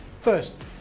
first